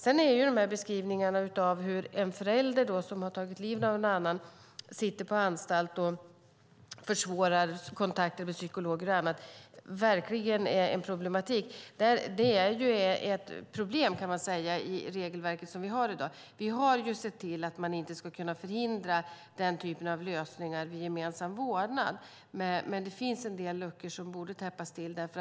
Sedan är detta som beskrivs, där en förälder som har tagit livet av den andra föräldern sitter på anstalt och försvårar kontakter med psykologer och annat verkligen en problematik. Det är ett problem med det regelverk vi har i dag. Vi har ju sett till att man inte ska kunna förhindra den typen av lösningar vid gemensam vårdnad, men det finns en del luckor som borde täppas till där.